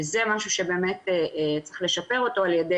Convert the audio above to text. וזה משהו שבאמת צריך לשפר אותו על ידי